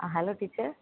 hello teacher